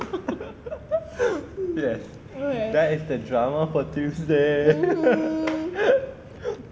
yes that is the drama for tuesday